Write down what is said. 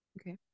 Okay